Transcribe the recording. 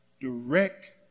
direct